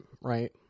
Right